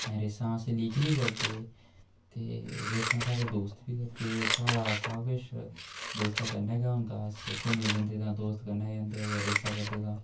रेसां अस लीगली करदे ते रेसां साढ़े दोस्त बी करदे साढ़ा सब किश दोस्ते कन्नै गै होंदा अस घूमने गी जंदे तां दोस्त कन्नै जंदे अगर रेसां करदे तां